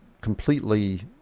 completely